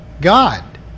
God